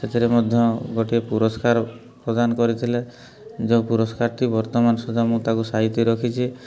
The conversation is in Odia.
ସେଥିରେ ମଧ୍ୟ ଗୋଟିଏ ପୁରସ୍କାର ପ୍ରଦାନ କରିଥିଲେ ଯେଉଁ ପୁରସ୍କାରଟି ବର୍ତ୍ତମାନ ସୁଧା ମୁଁ ତାକୁ ସାହିତ୍ୟ ରଖିଛି